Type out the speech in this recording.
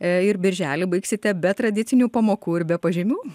ir birželį baigsite be tradicinių pamokų ir be pažymių